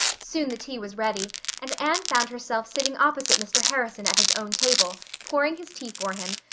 soon the tea was ready and anne found herself sitting opposite mr. harrison at his own table, pouring his tea for him,